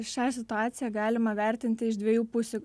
šią situaciją galima vertinti iš dviejų pusių